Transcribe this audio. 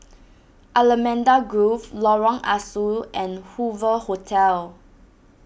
Allamanda Grove Lorong Ah Soo and Hoover Hotel